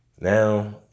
now